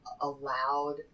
allowed